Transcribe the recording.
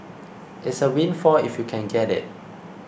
it's a windfall if you can get it